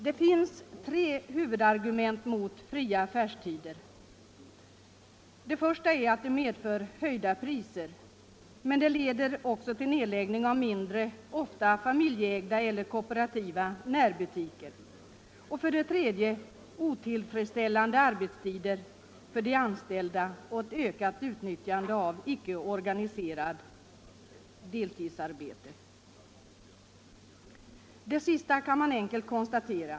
Det finns tre huvudargument mot fria affärstider: de medför höjda priser, de leder till nedläggning av mindre, ofta familjeägda eller kooperativa, närbutiker, och de resulterar i otillfredsställande arbetstider för de anställda och ett ökat utnyttjande av icke organiserade deltidsarbetande. Det sista är enkelt att konstatera.